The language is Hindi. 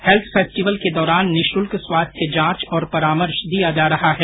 हैल्थ फेस्टिवल के दौरान निःशुल्क स्वास्थ्य जांच और परामर्श दिया जा रहा है